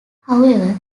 however